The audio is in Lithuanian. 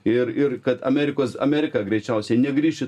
ir ir kad amerikos amerika greičiausiai negrįš į